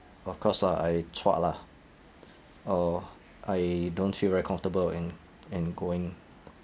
of course lah I chuak lah uh I don't feel very comfortable in in going